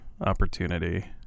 opportunity